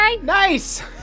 nice